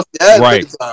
Right